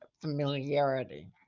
familiarity